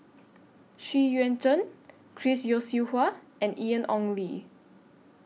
Xu Yuan Zhen Chris Yeo Siew Hua and Ian Ong Li